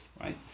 Right